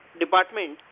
department